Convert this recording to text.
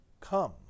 Come